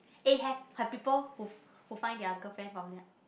eh have have people who who find their girlfriend from there